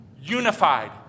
unified